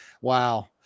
Wow